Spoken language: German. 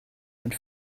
und